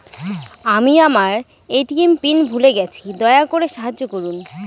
আমি আমার ATM PIN ভুলে গেছি, দয়া করে সাহায্য করুন